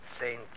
Saint